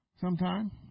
Sometime